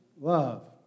love